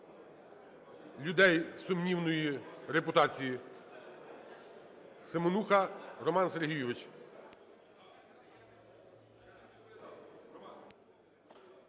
людей сумнівної репутації. Семенуха Роман Сергійович.